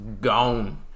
gone